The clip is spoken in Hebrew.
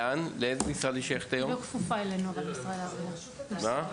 לאיזה משרד שייכת היום לשכת התעסוקה?